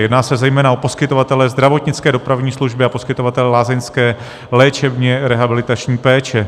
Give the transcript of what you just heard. Jedná se zejména o poskytovatele zdravotnické dopravní služby a poskytovatele lázeňské léčebně rehabilitační péče.